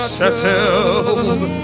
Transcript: settled